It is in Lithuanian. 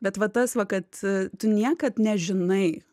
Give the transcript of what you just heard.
bet vat tas va kad tu niekad nežinai